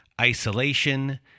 isolation